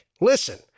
Listen